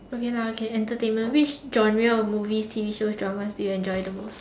okay lah okay entertainment which genres of movies T_V shows dramas do you enjoy the most